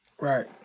Right